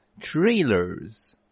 trailers